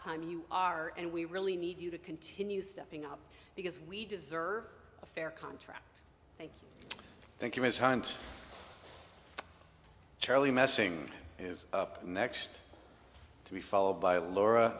time you are and we really need you to continue stepping up because we deserve a fair contract thank you ms hines charlie messing is up next to me followed by laura